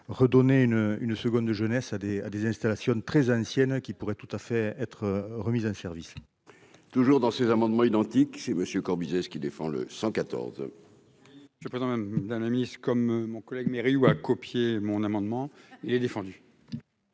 redonner une une seconde jeunesse à des à des installations très anciennes qui pourrait tout à fait être remise en service. Toujours dans ces amendements identiques chez Monsieur, Corbizet ce qui défend le 114. Je pas quand même dans la ami comme mon collègue mais Riou a copié mon amendement est défendu.